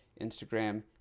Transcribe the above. Instagram